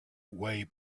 way